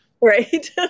Right